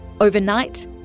Overnight